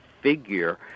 figure